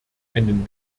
einen